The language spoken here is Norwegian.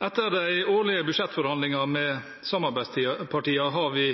Etter de årlige budsjettforhandlingene med samarbeidspartiene har vi